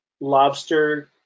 lobster